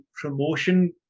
promotion